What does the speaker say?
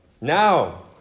Now